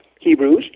Hebrews